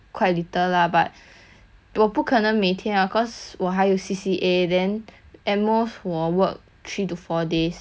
我不可能每天 lah cause 我还有 C_C_A then at most 我 work three to four days at night ya